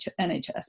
NHS